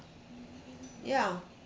ya